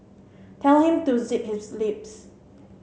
tell him to zip his lips